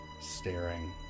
staring